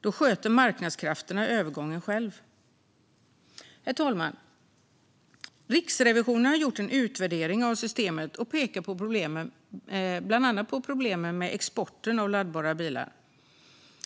Då sköter marknadskrafterna övergången själva. Herr talman! Riksrevisionen har gjort en utvärdering av systemet och pekar bland annat på problemen med exporten av laddbara bilar.